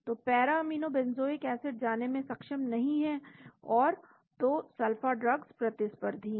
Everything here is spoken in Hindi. तो पैरा अमीनो बेंजोइक एसिड जाने में सक्षम नहीं है और तो सल्फा ड्रग्स प्रतिस्पर्धी हैं